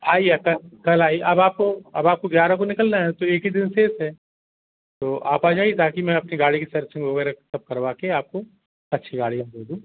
आइए सर कल आइ अब आपको अब आपको ग्यारह को निकलना है तो एक ही दिन सेफ़ है तो आप आ जाइए ताकि मैं अपनी गाड़ी की सर्विसिंग वगैरह सब करवा के आपको अच्छी गाड़ियों में भेजूँ